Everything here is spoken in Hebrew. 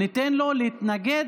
ניתן לו להתנגד